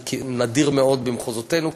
זה נדיר מאוד במחוזותינו,